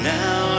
now